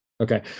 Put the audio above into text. okay